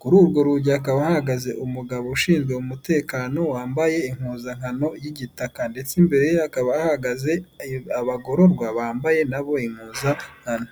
Kuri urwo rugi hakaba hahagaze umugabo ushinzwe umutekano wambaye impuzankano y'igitaka, ndetse imbere hakaba hahagaze abagororwa bambaye nabo impuzankano.